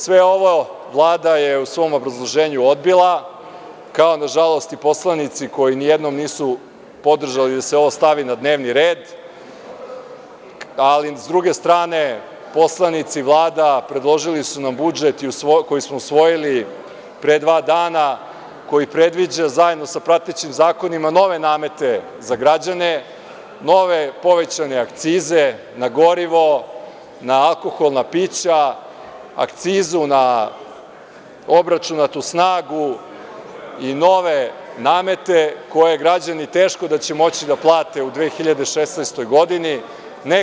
Sve ovo Vlada je svom obrazloženju odbila, kao nažalost i poslanici koji nijednom nisu podržali da se ovo stavi na dnevni red, ali sa druge strane poslanici, Vlada, predložili su nam budžet koji smo usvojili pre dva dana, koji predviđa zajedno sa pratećim zakonima nove namete za građane, nove povećane akcize na gorivo, na alkoholna pića, akcizu na obračunatu snagu i nove namete koje građani, teško da će moći da plate u 2016. godini.